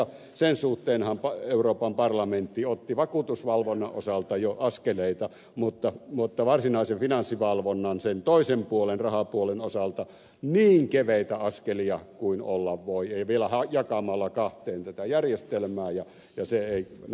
sen suhteenhan euroopan parlamentti otti vakuutusvalvonnan osalta jo askeleita mutta varsinaisen finanssivalvonnan sen toisen puolen rahapuolen osalta niin keveitä askelia kuin olla voi ja vielä jakamalla kahteen tätä järjestelmää ja se ei vaikuta hyvältä